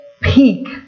peak